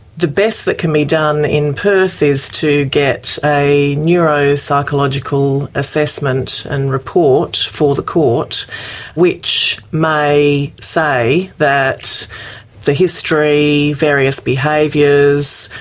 the best that can be done in perth is to get a neuropsychological assessment and report for the court which may say that the history, various behaviours,